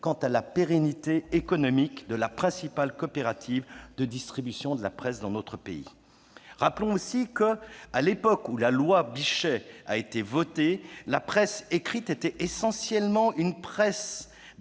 quant à la pérennité économique de la principale coopérative de distribution de la presse dans notre pays. Rappelons aussi que, à l'époque où la loi Bichet fut votée, la presse écrite était essentiellement une presse